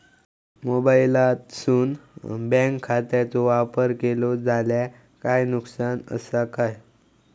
मोबाईलातसून बँक खात्याचो वापर केलो जाल्या काय नुकसान असा काय?